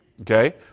Okay